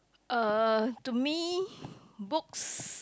uh to me books